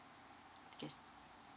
okay